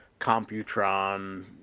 computron